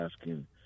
asking